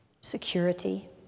security